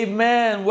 Amen